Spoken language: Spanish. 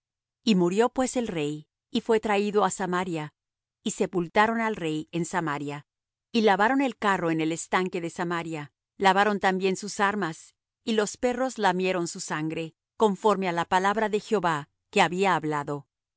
y murió pues el rey y fué traído á samaria y sepultaron al rey en samaria y lavaron el carro en el estanque de samaria lavaron también sus armas y los perros lamieron su sangre conforme á la palabra de jehová que había hablado